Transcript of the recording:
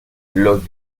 los